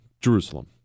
Jerusalem